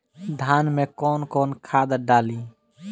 धान में कौन कौनखाद डाली?